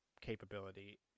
capability